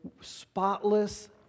spotless